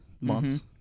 Months